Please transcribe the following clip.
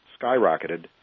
skyrocketed